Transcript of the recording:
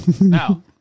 Now